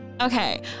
Okay